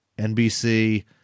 NBC